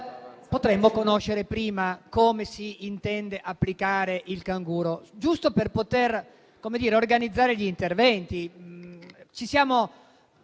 potremmo conoscere prima come si intende applicare il canguro, giusto per poter organizzare gli interventi?